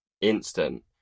instant